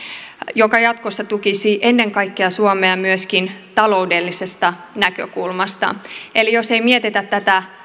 joka jatkossa tukisi ennen kaikkea suomea myöskin taloudellisesta näkökulmasta eli jos ei mietitä tätä